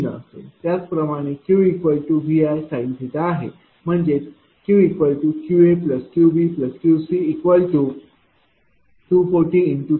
त्याचप्रमाणे Q VI sinआहे म्हणजेQQAQBQC240×30×0240×20×0